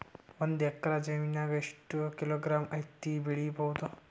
ಒಂದ್ ಎಕ್ಕರ ಜಮೀನಗ ಎಷ್ಟು ಕಿಲೋಗ್ರಾಂ ಹತ್ತಿ ಬೆಳಿ ಬಹುದು?